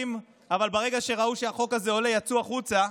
אבל ברגע שראו שהחוק הזה עולה יצאו החוצה,